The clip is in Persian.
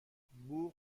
بوق